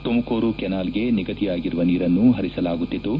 ತುಮಕೂರು ಕೆನಾಲ್ಗೆ ನಿಗದಿಯಾಗಿರುವ ನೀರನ್ನು ಪರಿಸಲಾಗುತ್ತಿದ್ದು